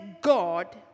God